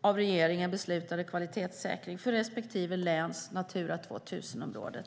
av regeringen beslutade kvalitetssäkringen för respektive läns Natura 2000-områden.